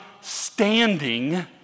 standing